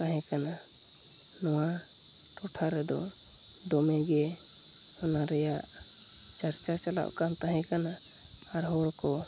ᱛᱟᱦᱮᱸ ᱠᱟᱱᱟ ᱱᱚᱣᱟ ᱴᱚᱴᱷᱟ ᱨᱮᱫᱚ ᱫᱚᱢᱮᱜᱮ ᱚᱱᱟ ᱨᱮᱭᱟᱜ ᱪᱟᱨᱪᱟ ᱪᱟᱞᱟᱣᱚᱜᱠᱟᱱ ᱛᱟᱦᱮᱸ ᱠᱟᱱᱟ ᱟᱨ ᱦᱚᱲᱠᱚ